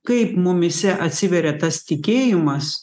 kaip mumyse atsiveria tas tikėjimas